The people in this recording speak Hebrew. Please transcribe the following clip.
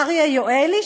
אריה יואלי,